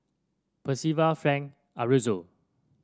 Percival Frank Aroozoo